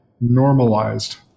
normalized